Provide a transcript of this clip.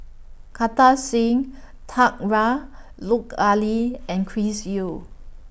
Kartar Singh Thakral Lut Ali and Chris Yeo